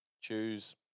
choose